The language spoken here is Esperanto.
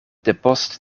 depost